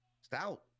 stout